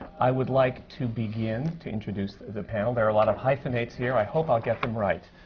i would like to begin to introduce the panel. there are a lot of hyphenates here. i hope i'll get them right!